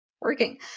working